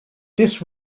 this